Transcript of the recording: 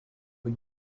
une